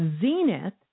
Zenith